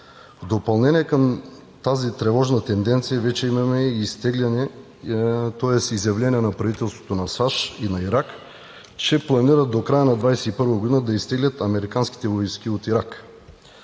В допълнение към тази тревожна тенденция вече имаме и изявление на правителството на САЩ и на Ирак, че планират до края на 2021 г. да изтеглят американските войски от Ирак.